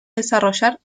desarrollar